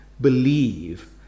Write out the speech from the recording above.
believe